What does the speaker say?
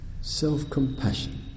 self-compassion